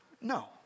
No